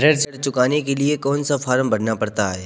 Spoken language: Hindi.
ऋण चुकाने के लिए कौन सा फॉर्म भरना पड़ता है?